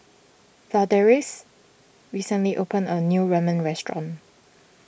Ladarius recently opened a new Ramyeon restaurant